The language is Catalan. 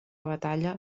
batalla